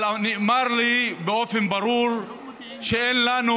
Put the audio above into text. אבל נאמר לי באופן ברור שאין לנו